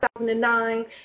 2009